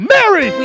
Mary